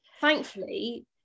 thankfully